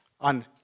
on